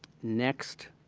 next,